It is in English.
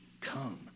Come